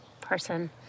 person